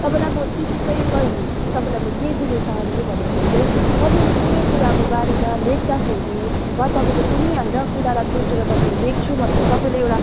तपाईँलाई म टिप्स चाहिँ रै तपाईँलाई म के दिनु चाहन्छु भन्दाखेरि चाहिँ तपाईँले कुनै कुराको बारेमा लेख्दाखेरि वा तपाईँले कुनै होइन कुरालाई सोचेर तपाईँले लेख्छु भनेर तपाईँले एउटा